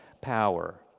power